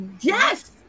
Yes